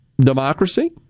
democracy